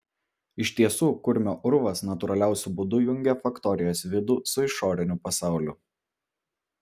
iš tiesų kurmio urvas natūraliausiu būdu jungė faktorijos vidų su išoriniu pasauliu